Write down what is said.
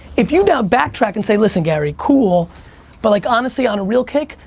if you now backtrack and say, listen gary, cool but like honestly on a real kick,